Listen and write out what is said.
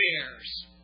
bears